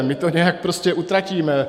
My to nějak prostě utratíme.